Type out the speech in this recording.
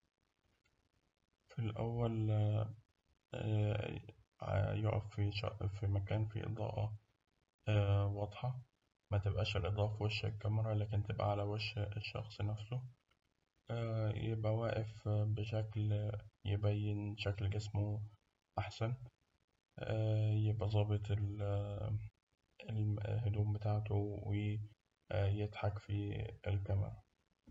في الأول يقف في مكان فيه شم- فيه إضاءة متبقاش الإضاءة في وش الكاميرا لكن على وش الشخص نفسه، يبقى واقف بشكل يبين شكل جسمه أحسن، يبقى ظابط ال الهدوم بتاعته، و يضحك في الكاميرا.